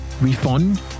refund